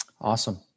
Awesome